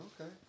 Okay